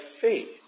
faith